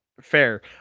Fair